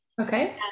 Okay